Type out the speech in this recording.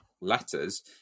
letters